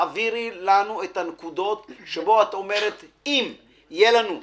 העבירי לנו את הנקודות שבהן את אומרת: אם יהיה לנו א',